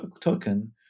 token